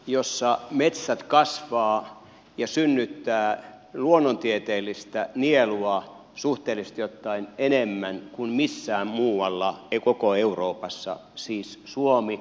maa jossa metsät kasvavat ja synnyttävät luonnontieteellistä nielua suhteellisesti ottaen enemmän kuin missään muualla koko euroopassa siis suomi